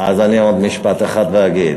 אז אני עוד משפט אחד אגיד.